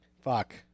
Fuck